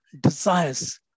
desires